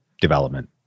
development